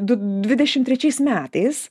du dvidešimt trečiais metais